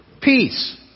peace